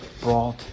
brought